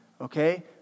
okay